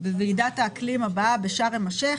בוועידת האקלים הבאה בשארם א-שיח',